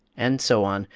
and so on,